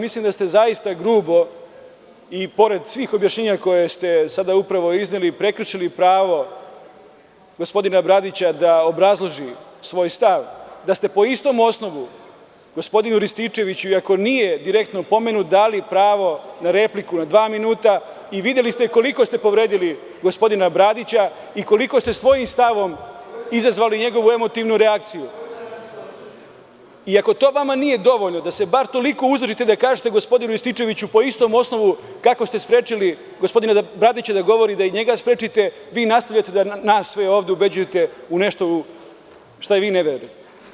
Mislim da ste zaista grubo, i pored svih objašnjenja koje ste sada upravo izneli, prekršili pravo gospodina Bradića da obrazloži svoj stav, da ste po istom osnovu gospodinu Rističeviću, iako nije direktno pomenut, dali pravo na repliku od dva minuta i videli ste koliko ste povredili gospodina Bradića i koliko ste svojim stavom izazvali njegovu emotivnu reakciju [[Marijan Rističević, s mesta: Koju sam ja repliku dobio?]] Ako to vama nije dovoljno da se bar toliko uzdržite da kažete gospodinu Rističeviću, po istom osnovu kako ste sprečili gospodina Babića da govori, da i njega sprečite, vi nastavljate da sve nas ovde ubeđujete u nešto u šta i vi ne verujete.